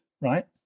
Right